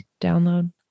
download